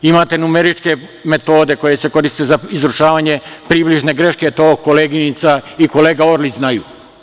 Imate numeričke metode koje se koriste za izučavanje približne greške, to koleginica i kolega Orlić najbolje znaju.